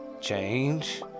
change